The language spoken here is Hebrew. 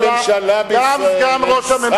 אין ממשלה בישראל,